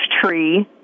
tree